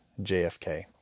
JFK